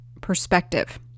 perspective